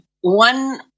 one